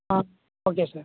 ah okay sir